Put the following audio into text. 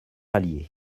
allier